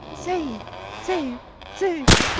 saved! saved! saved!